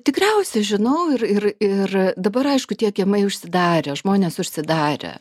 tikriausiai žinau ir ir ir dabar aišku tie kiemai užsidarė žmonės užsidarė